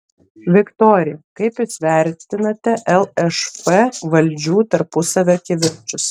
viktorija kaip jūs vertinate lšf valdžių tarpusavio kivirčus